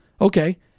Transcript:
okay